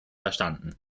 verstanden